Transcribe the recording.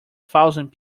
thousand